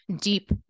deep